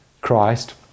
christ